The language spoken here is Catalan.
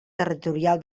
territorial